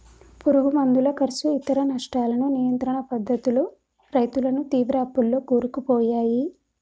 పురుగు మందుల కర్సు ఇతర నష్టాలను నియంత్రణ పద్ధతులు రైతులను తీవ్ర అప్పుల్లో కూరుకుపోయాయి